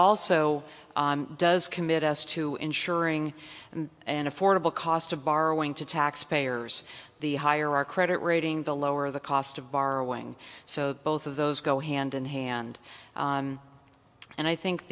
also does commit us to insuring and an affordable cost of borrowing to taxpayers the higher our credit rating the lower the cost of borrowing so both of those go hand in hand and i think